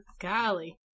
Golly